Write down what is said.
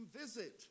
visit